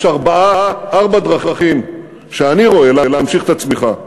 יש ארבע דרכים שאני רואה להמשיך את הצמיחה: